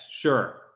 sure